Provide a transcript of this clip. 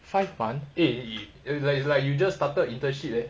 five month eh it's like you just started internship leh